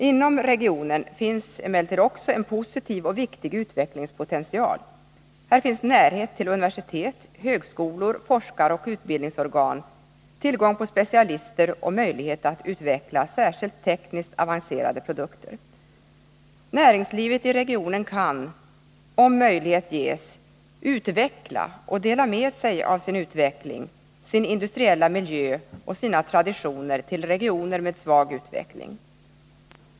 Inom regionen finns emellertid också en positiv och viktig utvecklingspotential. Här finns närhet till universitet, högskolor, forskaroch utbildningsorgan, tillgång på specialister och möjlighet att utveckla särskilt tekniskt avancerade produkter. Näringslivet i regionen kan — om möjlighet ges — utvecklas och dela med sig av sin utveckling, sin industriella miljö och sina traditioner till regioner med svag utveckling.